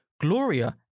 Gloria